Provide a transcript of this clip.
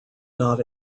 not